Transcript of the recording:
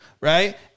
Right